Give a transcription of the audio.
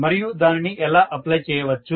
మరియు దానిని ఎలా అప్ప్లై చేయవచ్చు